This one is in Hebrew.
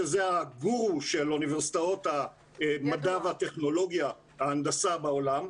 שזה הגורו של אוניברסיטאות המדע והטכנולוגיה וההנדסה בעולם,